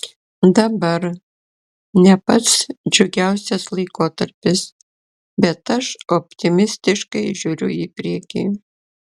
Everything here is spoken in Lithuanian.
dabar ne pats džiugiausias laikotarpis bet aš optimistiškai žiūriu į priekį